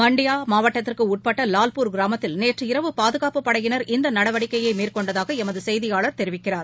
மண்டியாமாவட்டத்திற்குஉட்பட்டலால்பூர் கிராமத்தில் நேற்று இரவு பாதுகாப்புப் படையினர் இந்தநடவடிக்கையைமேற்கொண்டதாகஎமதுசெய்தியாளர் தெரிவிக்கிறார்